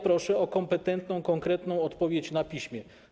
Proszę o kompetentną, konkretną odpowiedź na piśmie.